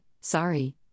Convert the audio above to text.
sorry